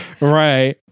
Right